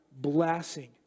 blessing